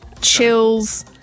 Chills